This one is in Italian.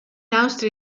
austria